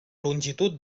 longitud